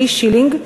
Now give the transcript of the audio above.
שליש שילינג,